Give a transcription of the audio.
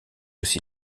aussi